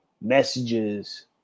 messages